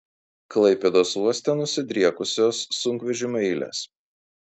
klaipėdos uoste nusidriekusios sunkvežimių eilės